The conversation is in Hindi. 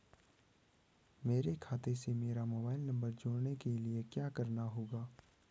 मेरे खाते से मेरा मोबाइल नम्बर जोड़ने के लिये क्या करना होगा?